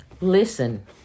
listen